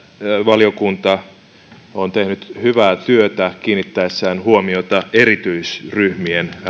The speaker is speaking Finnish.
valiokunta on tehnyt hyvää työtä kiinnittäessään huomiota erityisryhmien